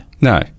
No